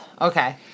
okay